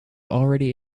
already